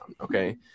Okay